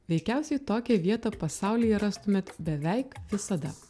veikiausiai tokią vietą pasaulyje rastumėt beveik visada